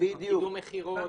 קידום מכירות.